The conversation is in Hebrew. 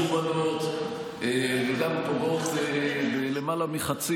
גם לא מכובדות וגם פוגעות בלמעלה מחצי